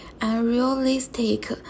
unrealistic